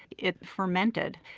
it fermented.